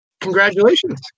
congratulations